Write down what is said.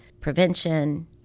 prevention